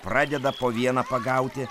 pradeda po vieną pagauti